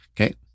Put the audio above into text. Okay